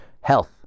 health